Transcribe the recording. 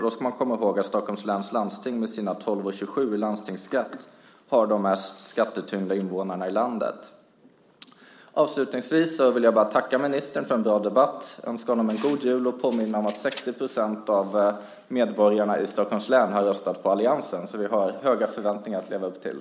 Då ska man komma ihåg att Stockholms läns landsting med sina 12 kr och 27 öre i landstingsskatt har de mest skattetyngda invånarna i landet. Jag vill tacka ministern för en bra debatt, önska honom en god jul och påminna honom om att 60 % av medborgarna i Stockholms län har röstat på alliansen. Vi har höga förväntningar att leva upp till.